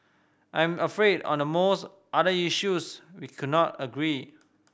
I am afraid on the most other issues we could not agree